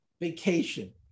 vacation